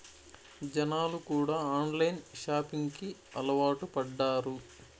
జనాలు కూడా online shopping కి అలవాటు పడ్డారు